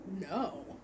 No